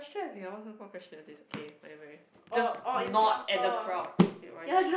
ya what kind of question is this K whatever just not at the crowd